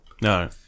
no